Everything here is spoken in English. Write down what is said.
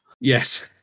Yes